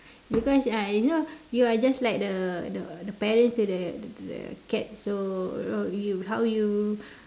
because uh you know you are just like the the parents to the the the cat so you how you